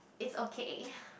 is okay